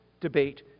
debate